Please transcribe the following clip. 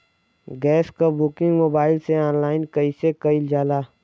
Gas क booking mobile से online कईसे कईल जाला?